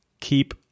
keep